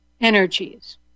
energies